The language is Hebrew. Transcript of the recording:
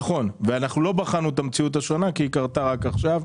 נכון, ולא בחנו את המציאות השונה שקרתה רק עכשיו.